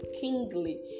kingly